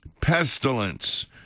pestilence